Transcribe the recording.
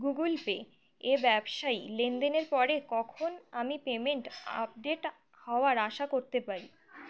Google Pay ব্যবসায়ী লেনদেনের পরে কখন আমি পেমেন্ট আপডেট হওয়ার আশা করতে পারি